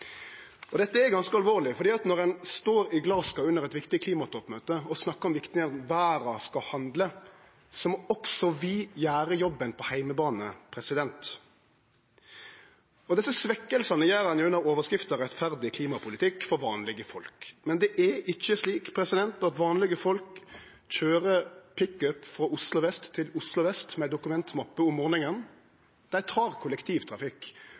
Dette er ganske alvorleg, for når ein står i Glasgow under eit viktig klimatoppmøte og snakkar om kor viktig det er at verda skal handle, så må vi også gjere jobben på heimebane. Desse svekkingane gjer ein under overskrifta «rettferdig klimapolitikk for vanlege folk». Men det er ikkje slik at vanlege folk køyrer pickup frå Oslo vest til Oslo vest med dokumentmappe om morgonen. Dei tek kollektivtrafikk.